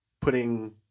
putting